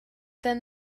then